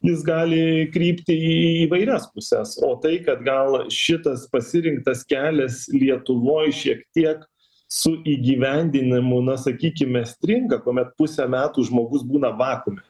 jis gali krypti į įvairias puses o tai kad gal šitas pasirinktas kelias lietuvoj šiek tiek su įgyvendinimu na sakykime stringa kuomet pusę metų žmogus būna vakuume